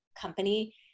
company